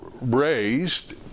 raised